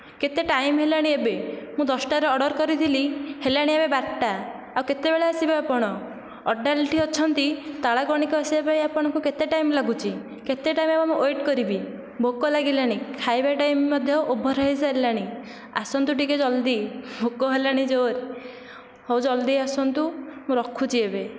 କେତେ ଟାଇମ୍ ହେଲାନି ଏବେ ମୁଁ ଦଶଟାରେ ଅର୍ଡ଼ର କରିଥିଲି ହେଲାଣି ଏବେ ବାରଟା ଆଉ କେତେ ବେଳେ ଆସିବେ ଆପଣ ଅଡାଲ୍ଟି ଅଛନ୍ତି ତାଳଗଣିକୁ ଆସିବ ପାଇଁ ଆପଣଙ୍କୁ କେତେ ଟାଇମ୍ ଲାଗୁଛି କେତେ ଟାଇମ୍ ଆଉ ୱେଟ୍ କରିବି ଭୋକ ଲାଗିଲାନି ଖାଇବା ଟାଇମ୍ ମଧ୍ୟ ଓଭର୍ ହୋଇ ସାରିଲାଣି ଆସନ୍ତୁ ଟିକେ ଜଲ୍ଦି ଭୋକ ହେଲାଣି ଜୋର୍ ହେଉ ଜଲ୍ଦି ଆସନ୍ତୁ ମୁଁ ରଖୁଛି ଏବେ